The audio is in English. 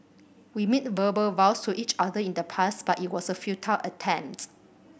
we made verbal vows to each other in the past but it was a futile attempt